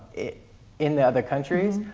in the other countries?